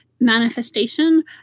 manifestation